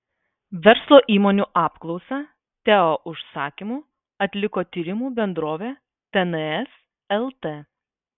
verslo įmonių apklausą teo užsakymu atliko tyrimų bendrovė tns lt